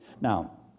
Now